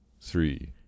three